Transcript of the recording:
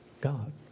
God